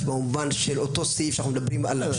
במובן של אותו סעיף שאנחנו מדברים עליו.